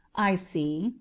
i see,